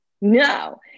No